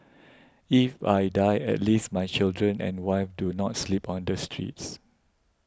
if I die at least my children and wife do not sleep on the streets